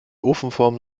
ofenform